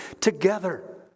together